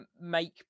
make